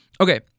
okay